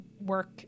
work